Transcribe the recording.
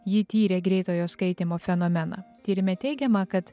ji tyrė greitojo skaitymo fenomeną tyrime teigiama kad